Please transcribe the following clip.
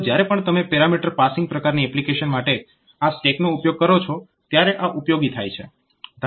તો જ્યારે પણ તમે પેરામીટર પાસીંગ પ્રકારની એપ્લિકેશન માટે આ સ્ટેકનો ઉપયોગ કરો છો ત્યારે આ ઉપયોગી થાય છે